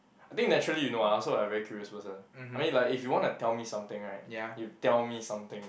I think naturally you know ah I also are very curious person I mean like if you want to tell me something right you tell me something